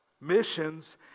missions